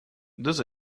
this